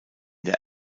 der